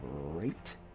right